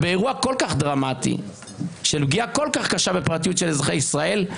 באירוע כל כך דרמטי של פגיעה כל כך קשה בפרטיות של אזרחי ישראל,